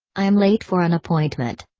i'm late for an appointment.